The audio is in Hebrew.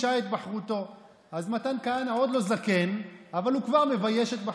אדוני היושב-ראש, חברות וחברי כנסת נכבדים,